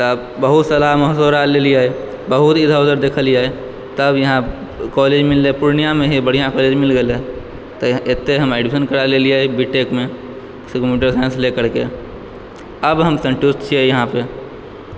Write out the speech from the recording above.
तऽ बहुत सलाह मशवरा लेलिए बहुत इधर उधर देखेलिए तब यहाँ कॉलेज मिलले पूर्णियामे ही बढिआँ कॉलेज मिल गेलय तऽ एतय हम एडमिशन करा लेलिए बी टेक मे कम्प्यूटर साइंस कम्प्यूटर साइंसलऽ करके अब हम संतुष्ट छियै यहाँ पऽ